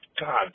God